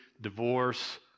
divorce